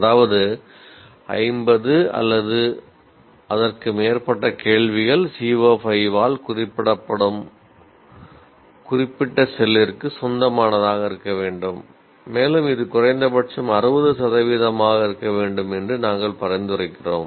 அதாவது 50 அல்லது அதற்கு மேற்பட்ட கேள்விகள் CO5 ஆல் குறிப்பிடப்படும் குறிப்பிட்ட செல்லிற்கு சொந்தமானதாக இருக்க வேண்டும் மேலும் இது குறைந்தபட்சம் 60 சதவீதமாக இருக்க வேண்டும் என்று நாங்கள் பரிந்துரைக்கிறோம்